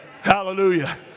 Hallelujah